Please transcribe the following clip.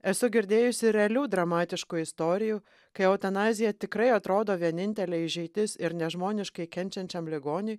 esu girdėjusi realių dramatiškų istorijų kai eutanazija tikrai atrodo vienintelė išeitis ir nežmoniškai kenčiančiam ligoniui